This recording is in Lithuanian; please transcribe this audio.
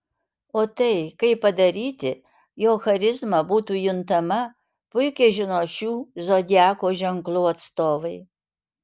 o tai kaip padaryti jog charizma būtų juntama puikiai žino šių zodiako ženklų atstovai